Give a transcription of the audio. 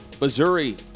Missouri